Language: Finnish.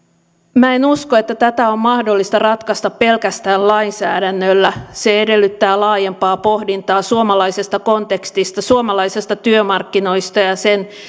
minä en usko että tätä on mahdollista ratkaista pelkästään lainsäädännöllä se edellyttää laajempaa pohdintaa suomalaisesta kontekstista suomalaisista työmarkkinoista ja sen